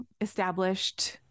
established